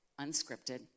unscripted